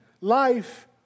life